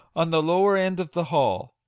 on the lower end of the hall.